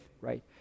right